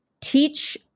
teach